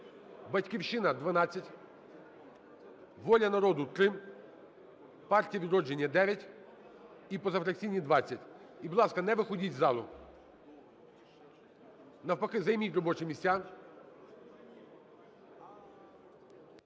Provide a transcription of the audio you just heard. "Батьківщина" – 12, "Воля народу" – 3, "Партія "Відродження" – 9 і позафракційні – 20. І, будь ласка, не виходьте із залу. Навпаки, займіть робочі місця.